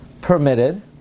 permitted